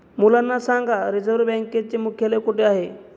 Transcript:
मुलांना सांगा रिझर्व्ह बँकेचे मुख्यालय कुठे आहे